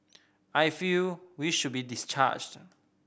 I feel we should be discharged